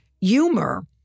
humor